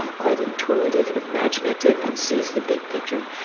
ah quite intuitive, imaginative and sees the big picture.